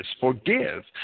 forgive